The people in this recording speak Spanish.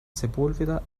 sepúlveda